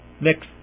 next